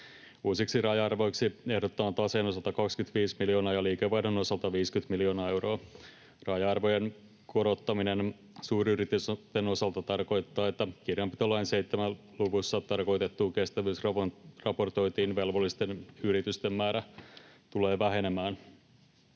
Uusiksi raja-arvoiksi ehdotetaan taseen osalta 25 miljoonaa ja liikevaihdon osalta 50 miljoonaa euroa. Raja-arvojen korottaminen suuryritysten osalta tarkoittaa, että kirjanpitolain 7 luvussa tarkoitettuun kestävyysraportointiin velvollisten yritysten määrä tulee vähenemään.